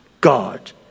God